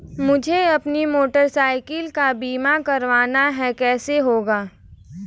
मुझे अपनी motorcycle का बीमा करना है कैसे होगा?